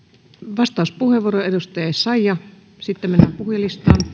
vastauspuheenvuoro edustaja essayah sitten mennään puhujalistaan